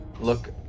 look